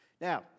Now